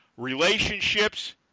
relationships